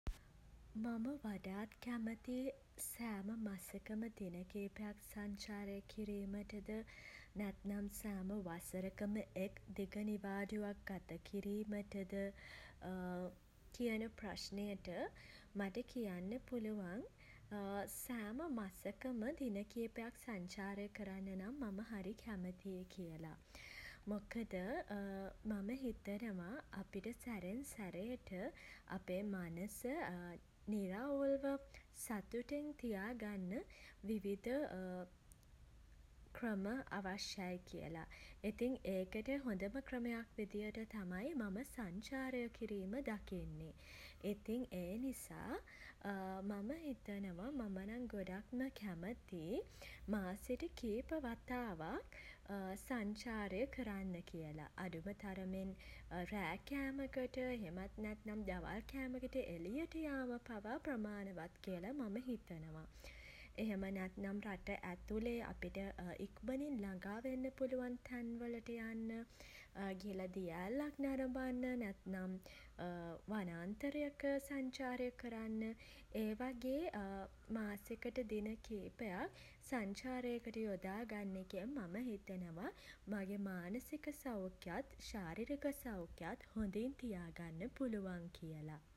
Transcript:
මම වඩාත් කැමති සෑම මසකම දින කීපයක් සංචාරය කිරීමටද නැත්නම් සෑම වසරකම එක් දිග නිවාඩුවක් ගත කිරීමටද කියන ප්‍රශ්නයට මට කියන්න පුළුවන් සෑම මසකම දින කිහිපයක් සංචාරය කරන්න නම් මම හරි කැමතියි කියල. මොකද මම හිතනව අපිට සැරෙන් සැරේට අපේ මනස නිරවුල්ව සතුටින් තියාගන්න විවිධ ක්‍රම අවශ්‍යයි කියලා. ඒකට හොඳම ක්‍රමයක් විදියට තමයි මම සංචාරය කිරීම දකින්නේ. ඉතින් ඒ නිසා මම හිතනවා මම නම් ගොඩක්ම කැමති මාසෙට කීප වතාවක් සංචාරය කරන්න කියල. අඩුම තරමින් රෑ කෑමකට එහෙමත් නැත්නම් දවල් කෑමකට එළියට යාම පවා ප්‍රමාණවත් කියලා මම හිතනවා. එහෙම නැත්තම් රට ඇතුළේ අපිට ඉක්මනින් ළඟා වෙන්න පුළුවන් තැන් වලට යන්න ගිහිල්ලා දිය ඇල්ලක් නරඹන්න නැත්නම් වනාන්තරයක සංචාරය කරන්න. ඒ වගේ මාසෙකට දින කීපයක් සංචාරයකට යොදා ගන්න එකෙන් මම හිතනවා මගෙ මානසික සෞඛ්‍යයත් ශාරීරික සෞඛ්‍යයත් හොඳින් තියා ගන්න පුළුවන් කියලා.